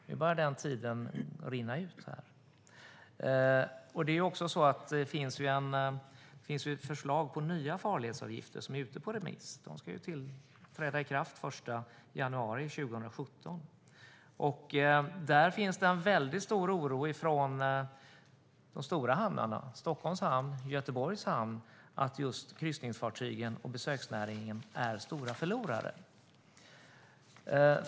Nu börjar den tiden att rinna ut. Det är också så att det finns ett förslag ute på remiss om nya farledsavgifter. De ska träda i kraft den 1 januari 2017. I de stora hamnarna, Stockholms hamn och Göteborgs hamn, finns nu en väldigt stor oro för att kryssningsfartygen och besöksnäringen kommer att vara stora förlorare.